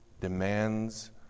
demands